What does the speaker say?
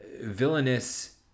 villainous